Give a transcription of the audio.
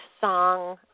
song